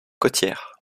côtières